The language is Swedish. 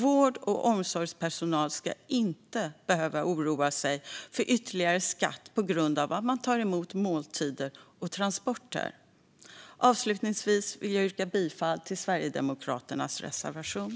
Vård och omsorgspersonal ska inte behöva oroa sig för ytterligare skatt på grund av att man tar emot måltider och transporter. Avslutningsvis vill jag yrka bifall till Sverigedemokraternas reservation.